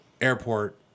Airport